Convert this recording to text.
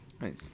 nice